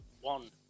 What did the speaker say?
one